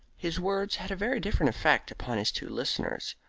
his words had a very different effect upon his two listeners.